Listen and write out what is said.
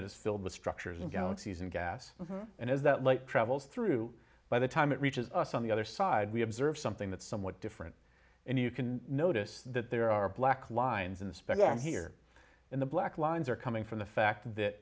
that it's filled with structures and galaxies and gas and as that light travels through by the time it reaches us on the other side we observe something that's somewhat different and you can notice that there are black lines in the spectrum here in the black lines are coming from the fact that